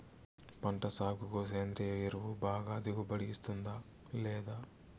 పంట సాగుకు సేంద్రియ ఎరువు బాగా దిగుబడి ఇస్తుందా లేదా